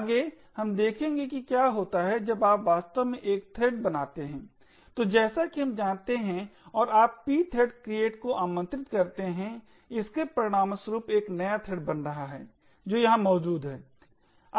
आगे हम देखेंगे कि क्या होता है जब आप वास्तव में एक थ्रेड बनाते हैं तो जैसा कि हम जानते हैं और आप pthread create को आमंत्रित करते हैं इसके परिणामस्वरूप एक नया थ्रेड बन रहा है जो यहां मौजूद है